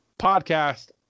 podcast